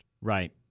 Right